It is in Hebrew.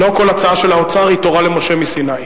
לא כל הצעה של האוצר היא תורה למשה מסיני.